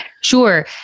Sure